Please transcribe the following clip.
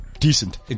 Decent